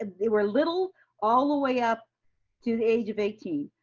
ah they were little all the way up to the age of eighteen.